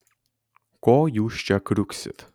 ko jūs čia kriuksit